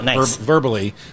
verbally